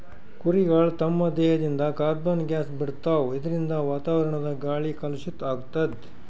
ಕುರಿಗಳ್ ತಮ್ಮ್ ದೇಹದಿಂದ್ ಕಾರ್ಬನ್ ಗ್ಯಾಸ್ ಬಿಡ್ತಾವ್ ಇದರಿಂದ ವಾತಾವರಣದ್ ಗಾಳಿ ಕಲುಷಿತ್ ಆಗ್ತದ್